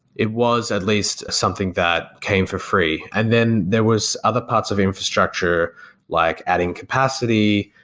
it was at least something that came for free. and then there was other parts of infrastructure like adding capacity,